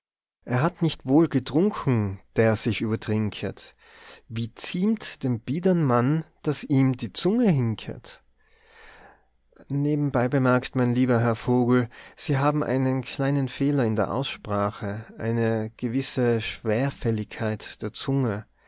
er hat nicht wohl getrunken der sich übertrinket wie ziemt dem biedern mann daß ihm die zunge hinket nebenbei bemerkt mein lieber herr vogel sie haben einen kleinen fehler in der aussprache eine gewisse schwerfälligkeit der zunge